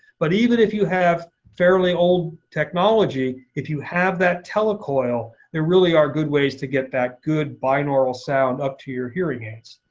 but even if you have fairly old technology, if you have that telecoil, there really are good ways to get that good binaural sound up to your hearing aids.